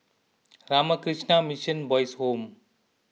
Ramakrishna Mission Boys' Home